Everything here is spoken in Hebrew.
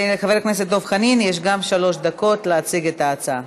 לחבר הכנסת דב חנין יש שלוש דקות להציג את ההצעה.